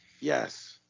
Yes